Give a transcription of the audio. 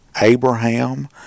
Abraham